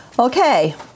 Okay